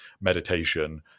meditation